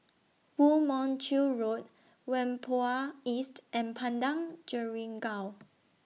Woo Mon Chew Road Whampoa East and Padang Jeringau